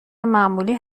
معمولی